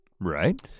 Right